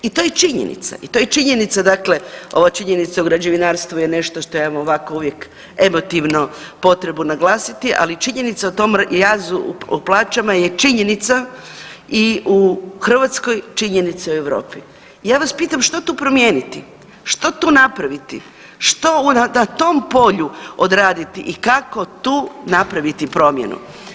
I to je činjenica i to je činjenica dakle, ova činjenica u građevinarstvu je nešto što imamo ovako uvijek emotivno potrebu naglasiti, ali činjenica u tom jazu u plaćama je činjenica i u Hrvatskoj i činjenica u Europi i ja vas pitam što tu promijeniti, što tu napraviti, što na tom polju odraditi i kako tu napraviti promijenu?